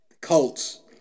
Colts